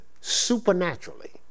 supernaturally